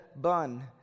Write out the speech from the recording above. bun